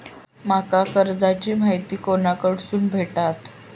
माका कर्जाची माहिती कोणाकडसून भेटात?